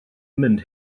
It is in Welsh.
mynd